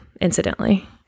incidentally